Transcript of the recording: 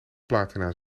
platina